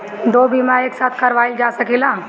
दो बीमा एक साथ करवाईल जा सकेला?